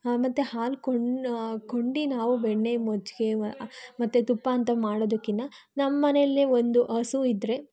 ಮತ್ತೆ ಹಾಲು ಕೊಂಡ್ಕೊಂಡು ನಾವು ಬೆಣ್ಣೆ ಮಜ್ಜಿಗೆ ಮತ್ತೆ ತುಪ್ಪ ಅಂತ ಮಾಡೋದಕ್ಕಿನ್ನ ನಮ್ಮನೆಯಲ್ಲೇ ಒಂದು ಹಸು ಇದ್ದರೆ